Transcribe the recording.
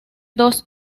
dos